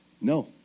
No